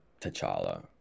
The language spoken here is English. T'Challa